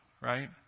right